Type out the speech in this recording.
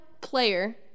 player